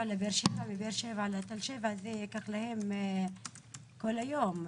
לבאר שבע, ומבאר שבע לתל שבע, לקח להם כל היום.